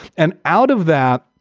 and out of that,